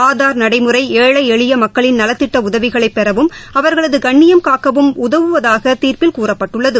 ஆதார் நடைமுறை ஏழை எளிய மக்களின் நலத்திட்ட உதவிகளைப் பெறவும் அவர்களது கண்ணியம் காக்கவும் உதவுவதாக தீர்ப்பில் கூறப்பட்டுள்ளது